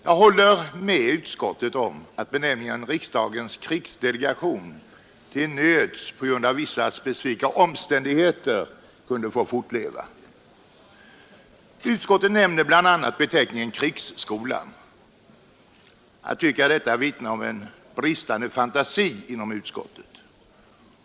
Jag håller med utskottet om att benämningen riksdagens krigsdelegation till nöds och på grund av vissa specifika omständigheter kan få fortleva. Utskottet nämner också bl.a. beteckningen krigsskolan. Jag tycker att detta vittnar om bristande fantasi inom utskottet.